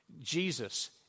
Jesus